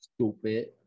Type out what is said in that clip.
Stupid